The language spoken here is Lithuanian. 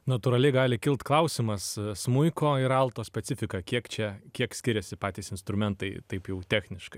natūraliai gali kilt klausimas smuiko ir alto specifika kiek čia kiek skiriasi patys instrumentai taip jau techniškai